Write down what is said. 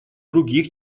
других